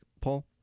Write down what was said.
Paul